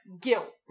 guilt